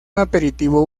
aperitivo